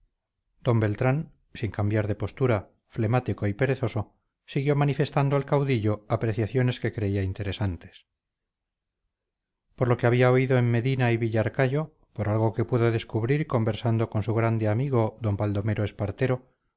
d beltrán sin cambiar de postura flemático y perezoso siguió manifestando al caudillo apreciaciones que creía interesantes por lo que había oído en medina y villarcayo por algo que pudo descubrir conversando con su grande amigo d baldomero espartero